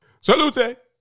Salute